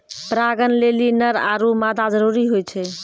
परागण लेलि नर आरु मादा जरूरी होय छै